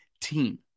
team